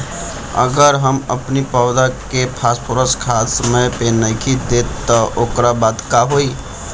अगर हम अपनी पौधा के फास्फोरस खाद समय पे नइखी देत तअ ओकरी बाद का होई